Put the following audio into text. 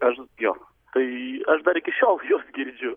aš jo tai aš dar iki šiol juos girdžiu